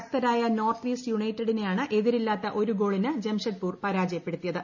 ശക്തരായ North East യുണൈറ്റഡിനെയാണ് എതിരില്ലാത്ത ഒരു ഗോളിന് ജംഷഡ്പുർ പരാജയപ്പെടുത്തിയത്